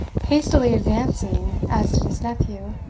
hastily advancing, as did his nephew.